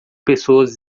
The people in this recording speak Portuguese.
pessoas